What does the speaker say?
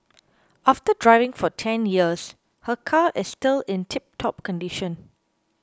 after driving for ten years her car is still in tiptop condition